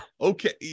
okay